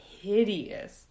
hideous